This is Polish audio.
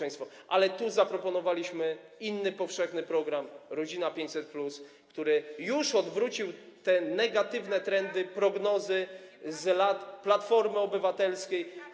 Ale tu zaproponowaliśmy inny powszechny program „Rodzina 500+”, który już odwrócił te negatywne trendy, prognozy z lat rządów Platformy Obywatelskiej.